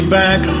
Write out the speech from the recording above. back